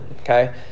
okay